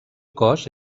cos